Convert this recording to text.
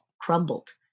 crumbled